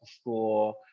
school